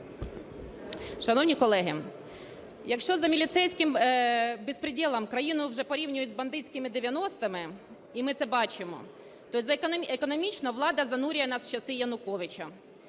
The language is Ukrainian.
Шановні колеги, якщо за милицейским беспределом країну вже порівнюють з бандитськими 90-ми, і ми це бачимо, то економічно влада занурює нас в часи Януковича.